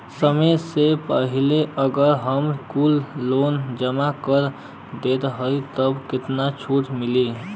समय से पहिले अगर हम कुल लोन जमा कर देत हई तब कितना छूट मिली?